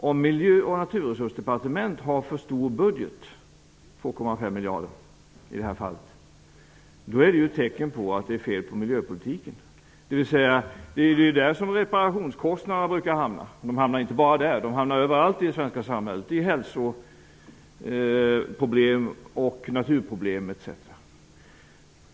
Om Miljö och naturresursdepartementet har en för stor budget på ett område -- i det här fallet 2,5 miljarder -- då är det tecken på att det är fel på miljötekniken. Det är ju där reparationskostnaderna brukar hamna, inte bara där utan överallt i det svenska samhället i form av hälsoproblem, naturvårdsproblem etc.